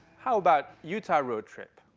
how about utah road trip?